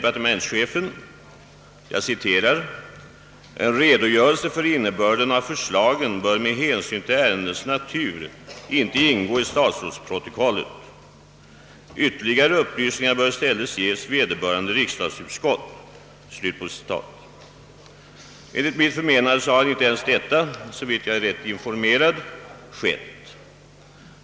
partementschefen: »En redogörelse för innebörden av förslagen bör med hänsyn till ärendets natur inte ingå i statsrådsprotokollet. Ytterligare upplysningar bör i stället ges vederbörande riksdagsutskott.» Såvitt jag är rätt informerad har emellertid inte ens detta skett.